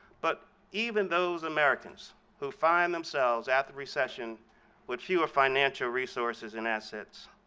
but even those americans who find themselves at the recession with fewer financial resources and assets,